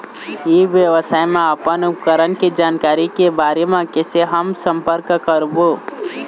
ई व्यवसाय मा अपन उपकरण के जानकारी के बारे मा कैसे हम संपर्क करवो?